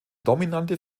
dominante